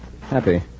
Happy